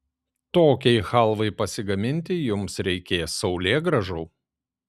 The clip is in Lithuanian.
tokiai chalvai pasigaminti jums reikės saulėgrąžų